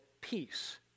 peace